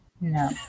no